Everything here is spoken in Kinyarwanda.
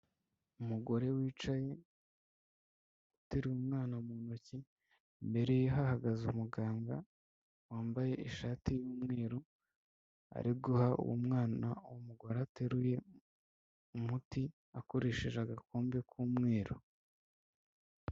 Umugore wicaye ateru umwana mu ntoki, imbere ye hahagaze umuganga wambaye ishati y'umweru ari guha uwo mwana umugore ateruye umuti akoresheje agakombe k'umweru.